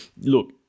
look